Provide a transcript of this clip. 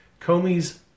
Comey's